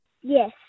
Yes